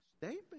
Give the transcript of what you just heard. statement